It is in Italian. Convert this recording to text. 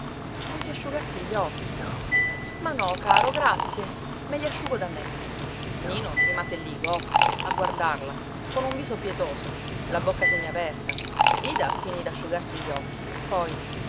voglio asciugarti gli occhi ma no caro grazie me li asciugo da me nino rimase lì goffo a guardarla con un viso pietoso la bocca semiaperta ida finì d'asciugarsi gli occhi poi